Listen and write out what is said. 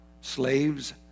slaves